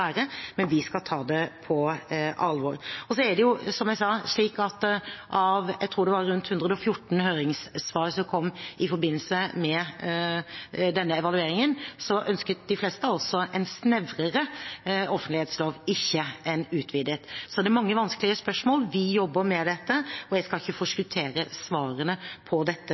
men vi skal ta det på alvor. Og som jeg sa: Jeg tror det var 114 høringssvar som kom i forbindelse med denne evalueringen, og de fleste ønsket en snevrere offentlighetslov, ikke en utvidet lov. Så det er mange vanskelige spørsmål. Vi jobber med dette, og jeg skal ikke forskuttere svarene på dette